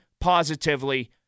positively